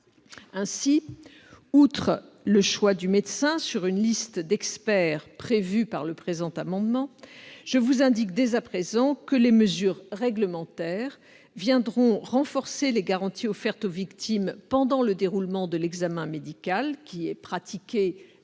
Ainsi, outre le choix du médecin sur une liste d'experts, qui est prévu par le présent amendement, je vous indique dès à présent que les mesures réglementaires viendront renforcer les garanties offertes aux victimes pendant le déroulement de l'examen médical qui est pratiqué